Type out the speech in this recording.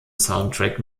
soundtrack